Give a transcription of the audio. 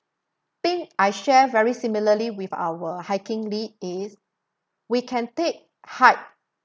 I think I share very similarly with our hiking lead is we can take hard